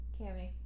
cammy